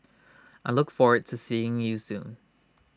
I look forward to seeing you soon